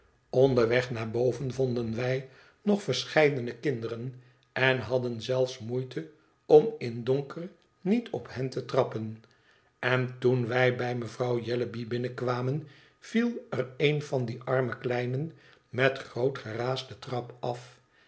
onderweg naar boven vonden wij nog verscheidene kinderen en hadden zelfs moeite om in donker niet op hen te trappen en toen wij bij mevrouw jellyby binnenkwamen viel er een van die arme kleinen met groot geraas de trap af